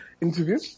interview